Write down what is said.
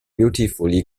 beautifully